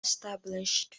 established